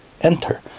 enter